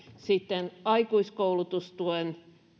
aikuiskoulutustuen